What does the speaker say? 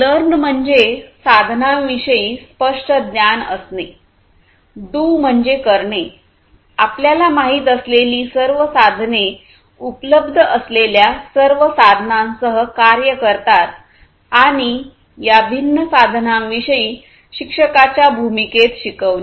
learn म्हणजे साधनांविषयी स्पष्ट ज्ञान असणे डू म्हणजे करणे आपल्याला माहित असलेली सर्व साधने उपलब्ध असलेल्या सर्व साधनांसह कार्य करतात आणि या भिन्न साधनांविषयी शिक्षकाच्या भूमिकेत शिकवणे